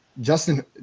Justin